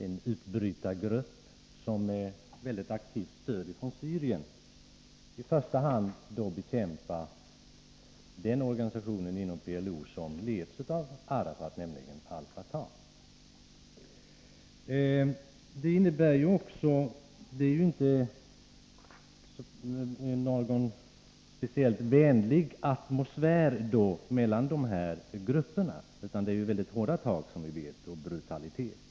En utbrytargrupp med synnerligen aktivt stöd från Syrien bekämpar i första hand den organisation inom PLO som leds av Arafat, nämligen Al Fatah. Atmosfären är således inte speciellt vänlig mellan de här grupperna, utan det är fråga om mycket hårda tag och om brutalitet.